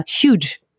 huge